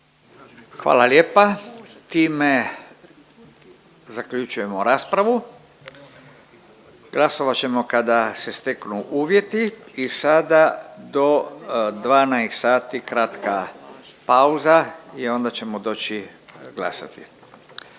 Hvala lijepa, time zaključujemo raspravu, glasovat ćemo kada se steknu uvjeti i sada do 12 sati kratka pauza i onda ćemo doći glasati.